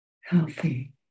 healthy